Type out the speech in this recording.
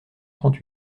trente